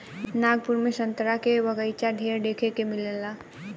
नागपुर में संतरा के बगाइचा ढेरे देखे के मिलेला